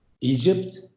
Egypt